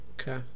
Okay